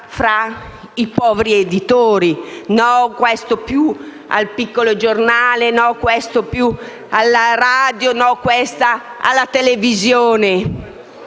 tra i poveri editori: questo va al piccolo giornale, questo alla radio, questo alla televisione.